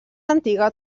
antiga